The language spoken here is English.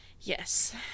Yes